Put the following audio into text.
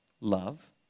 love